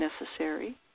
necessary